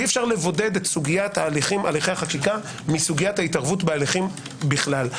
אי אפשר לבודד את סוגית הליכי החקיקה מסוגית ההתערבות בהליכים בכלל.